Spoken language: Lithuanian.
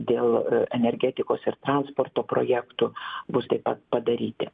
dėl energetikos ir transporto projektų bus taip pat padaryti